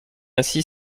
ainsi